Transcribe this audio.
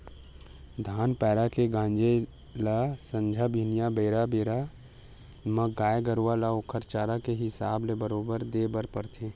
धान पेरा के गांजे ल संझा बिहनियां बेरा बेरा म गाय गरुवा ल ओखर चारा के हिसाब ले बरोबर देय बर परथे